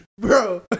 Bro